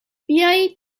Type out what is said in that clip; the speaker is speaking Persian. بیایید